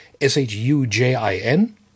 S-H-U-J-I-N